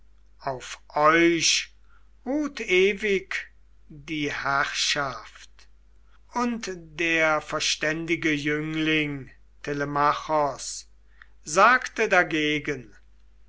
auf euch ruht ewig die herrschaft und der verständige jüngling telemachos sagte dagegen